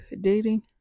dating